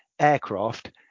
aircraft